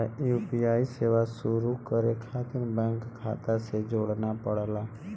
UPI सेवा शुरू करे खातिर बैंक खाता से जोड़ना पड़ला